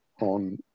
on